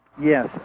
Yes